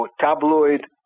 tabloid